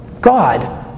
God